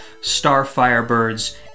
Starfirebirds